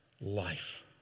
life